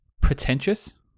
pretentious